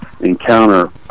encounter